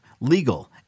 legal